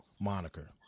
moniker